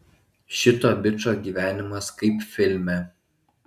šito bičo gyvenimas kaip filme